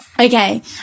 Okay